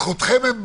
בזכותכם הם באו.